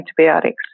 antibiotics